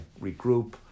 regroup